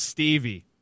Stevie